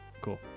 Cool